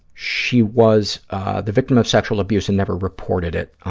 she was the victim of sexual abuse and never reported it.